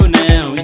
now